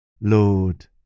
Lord